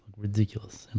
ridiculous, and